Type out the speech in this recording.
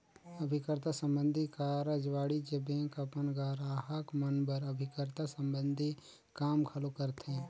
अभिकर्ता संबंधी कारज वाणिज्य बेंक अपन गराहक मन बर अभिकर्ता संबंधी काम घलो करथे